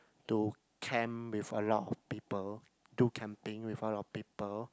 to camp with a lot of people do camping with a lot of people